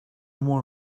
more